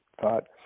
thought